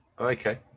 Okay